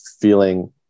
feeling